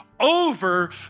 over